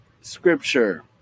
scripture